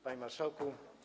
Panie Marszałku!